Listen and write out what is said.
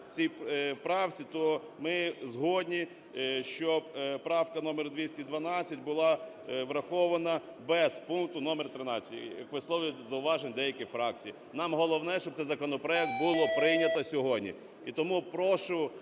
цій правці, то ми згодні, щоб правка номер 212 була врахована без пункту номер 13, як висловлюють зауваження деякі фракції. Нам головне, щоб цей законопроект було прийнято сьогодні. І тому прошу